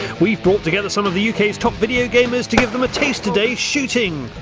we've brought together some of the uk's top video gamers to give them a taster day shooting.